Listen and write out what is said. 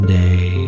day